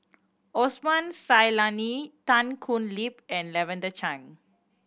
Osman Zailani Tan Thoon Lip and Lavender Chang